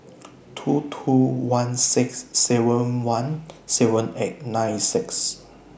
two two one six seven one seven eight nine six